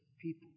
people